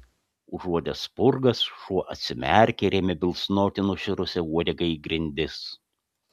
užuodęs spurgas šuo atsimerkė ir ėmė bilsnoti nušiurusia uodega į grindis